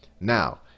Now